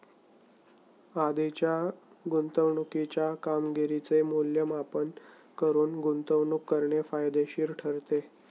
आधीच्या गुंतवणुकीच्या कामगिरीचे मूल्यमापन करून गुंतवणूक करणे फायदेशीर ठरते